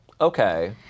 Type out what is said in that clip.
Okay